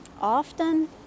Often